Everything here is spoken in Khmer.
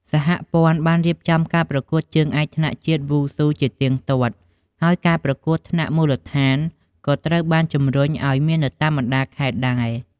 សហព័ន្ធបានរៀបចំការប្រកួតជើងឯកថ្នាក់ជាតិវ៉ូស៊ូជាទៀងទាត់។ហើយការប្រកួតថ្នាក់មូលដ្ឋានក៏ត្រូវបានជំរុញឲ្យមាននៅតាមបណ្ដាខេត្តដែរ។